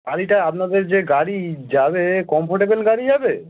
গাড়িটা আপনাদের যে গাড়ি যাবে কমফোর্টেবল গাড়ি যাবে